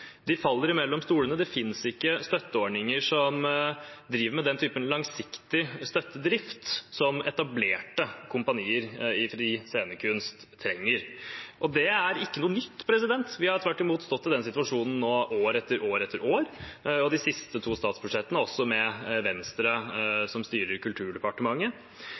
De faller mellom stolene – det fins ikke støtteordninger som driver med den typen langsiktig støttedrift som etablerte kompanier i fri scenekunst trenger. Det er ikke noe nytt. Vi har tvert imot stått i den situasjonen nå år etter år etter år, og de siste to statsbudsjettene også med Venstre, som styrer Kulturdepartementet.